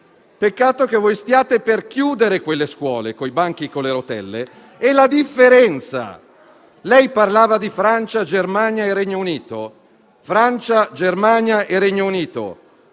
peccato che voi stiate per chiudere quelle scuole con i banchi con le rotelle. Lei parlava di Francia, Germania e Regno Unito,